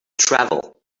travel